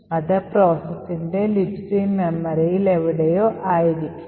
അത് പ്രോസസിന്റെ Libc memory മേഖലയിലെവിടെയോ ആയിരിക്കും